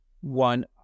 one